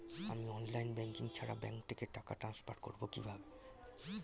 আমি online banking ছাড়া bank থেকে টাকা ট্রান্সফার করবো কিভাবে?